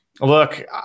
look